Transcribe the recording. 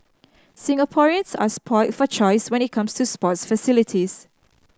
Singaporeans are spoilt for choice when it comes to sports facilities